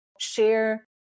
share